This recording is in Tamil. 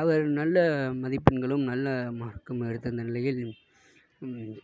அவர் நல்ல மதிப்பெண்களும் நல்ல மார்க்கும் எடுத்திருந்த நிலையில்